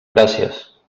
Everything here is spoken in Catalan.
gràcies